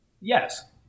Yes